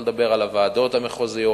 שלא לדבר על הוועדות המחוזיות,